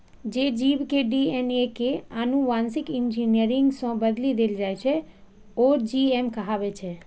जे जीव के डी.एन.ए कें आनुवांशिक इंजीनियरिंग सं बदलि देल जाइ छै, ओ जी.एम कहाबै छै